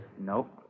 Nope